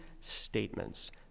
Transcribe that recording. statements